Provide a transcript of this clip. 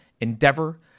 Endeavor